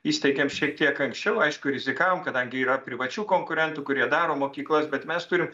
įsteigėm šiek tiek anksčiau aišku rizikavom kadangi yra privačių konkurentų kurie daro mokyklas bet mes turim